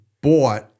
bought